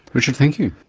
richard, thank you.